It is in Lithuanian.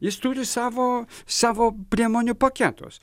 jis turi savo savo priemonių paketus